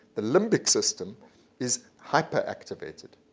the limbic system is hyperactivated.